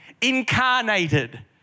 incarnated